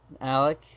Alec